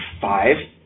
five